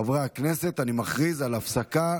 חברי הכנסת, אני מכריז על הפסקה